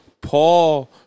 Paul